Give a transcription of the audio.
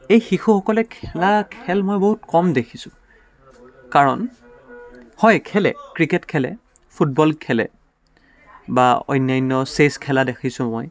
এই শিশুসকলে খেলা খেল মই বহুত কম দেখিছোঁ কাৰণ হয় খেলে ক্ৰিকেট খেলে ফুটবল খেলে বা অন্যান্য চেছ খেলা দেখিছোঁ মই